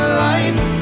life